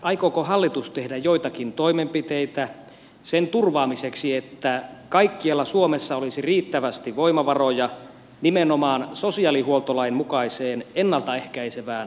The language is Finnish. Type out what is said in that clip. aikooko hallitus tehdä joitakin toimenpiteitä sen turvaamiseksi että kaikkialla suomessa olisi riittävästi voimavaroja nimenomaan sosiaalihuoltolain mukaiseen ennalta ehkäisevään perhepalveluun